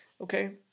okay